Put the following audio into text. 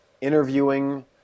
interviewing